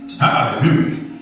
hallelujah